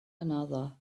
another